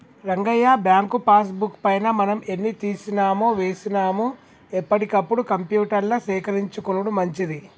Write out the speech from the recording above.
Rangayya bank pass book పైన మనం ఎన్ని తీసినామో వేసినాము ఎప్పటికప్పుడు కంప్యూటర్ల సేకరించుకొనుడు మంచిది